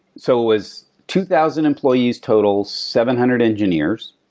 so it was two thousand employees total, seven hundred engineers.